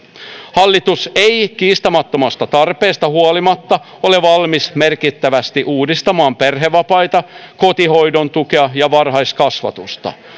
hallitus ei kiistattomasta tarpeesta huolimatta ole valmis merkittävästi uudistamaan perhevapaita kotihoidon tukea ja varhaiskasvatusta